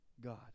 God